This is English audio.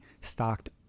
stocked